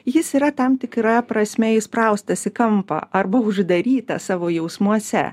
jis yra tam tikra prasme įspraustas į kampą arba uždarytas savo jausmuose